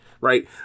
right